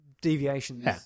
deviations